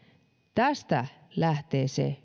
tästä lähtee se